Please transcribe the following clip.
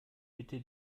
bitte